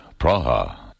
Praha. (